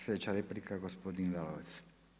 Sljedeća replika gospodin Lalovac.